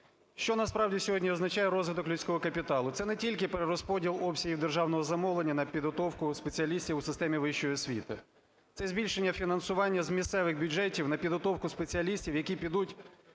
Що насправді сьогодні означає розвиток людського капіталу? Це не тільки перерозподіл обсягів державного замовлення на підготовку спеціалістів у системі вищої освіти, це збільшення фінансування з місцевих бюджетів на підготовку спеціалістів, які підуть